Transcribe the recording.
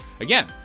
Again